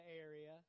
area